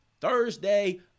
thursday